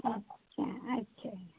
आं ठीक ऐ